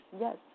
yes